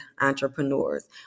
entrepreneurs